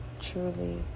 truly